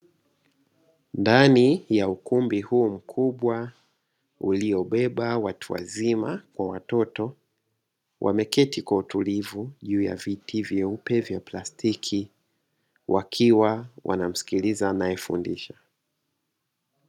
Ndani ya ukumbi huu mkubwa, uliobeba watu wazima kwa watoto, wameketi kwa utulivu juu ya viti vyeupe vya plastiki, wakiwa wanamsikiliza anayefundisha.